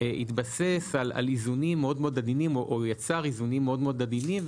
התבסס על איזונים מאוד מאוד עדינים או יצר איזונים מאוד מאוד עדינים.